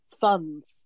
funds